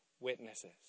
witnesses